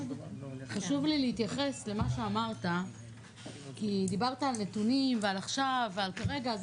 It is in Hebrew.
חשוב לי להתייחס למה שאמרת כי דיברת על נתונים ועל עכשיו ועל כרגע,